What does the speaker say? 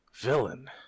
villain